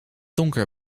donker